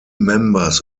members